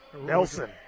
Nelson